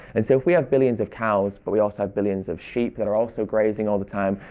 and so if we have billions of cows, but we also have billions of sheep that are also grazing all the time,